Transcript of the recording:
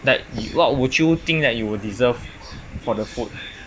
that what would you think that you will deserve for the food